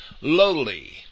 lowly